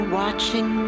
watching